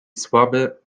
słaby